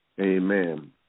amen